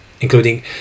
including